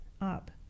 up